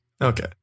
okay